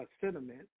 sentiment